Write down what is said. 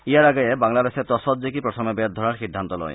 ইয়াৰ আগেয়ে বাংলাদেশে টছত জিকি প্ৰথমে বেট ধৰাৰ সিদ্ধান্ত লয়